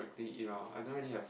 ya I don't really have